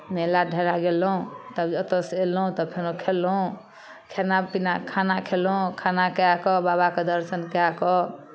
मेला ढेला गेलहुँ तब ओतयसँ अयलहुँ तऽ फेरो खयलहुँ खेना पीना खाना खयलहुँ खाना कए कऽ बाबाके दर्शन कए कऽ